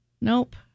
Nope